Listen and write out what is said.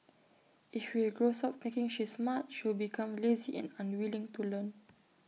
if he grows up thinking she's smart she'll become lazy and unwilling to learn